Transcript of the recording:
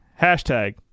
hashtag